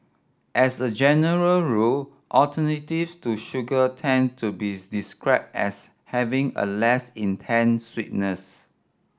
as a general rule alternatives to sugar tend to be described as having a less intense sweetness